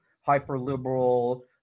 hyper-liberal